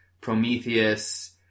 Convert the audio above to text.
Prometheus